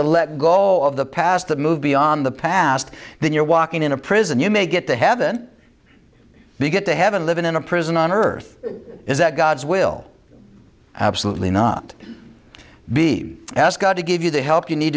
to let go of the past to move beyond the past then you're walking in a prison you may get to heaven be good to heaven living in a prison on earth is that god's will absolutely not be asked god to give you the help you need